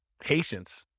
Patience